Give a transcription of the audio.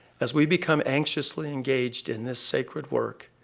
as we become anxiously engaged in this sacred work,